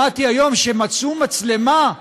שמעתי היום שמצאו מצלמה,